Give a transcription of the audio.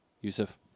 Yusuf